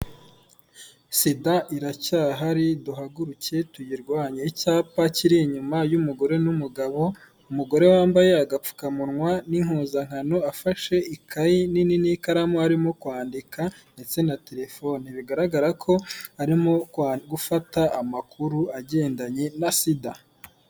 Sida iracyahari duhaguruke tuyirwanya, icyapa kiri inyuma y'umugore n'umugabo, umugore wambaye agapfukamunwa n'impuzankano afashe ikaye nini n'ikaramu arimo kwandika ndetse na telefone, bigaragara ko arimo gufata amakuru agendanye na sida.